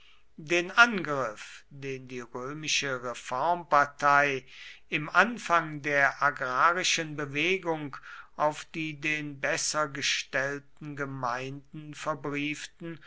den angriff den die römische reformpartei im anfang der agrarischen bewegung auf die den besser gestellten gemeinden verbrieften